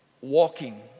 walking